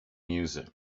music